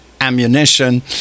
Ammunition